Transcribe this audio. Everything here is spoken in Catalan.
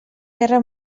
guerra